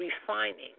refining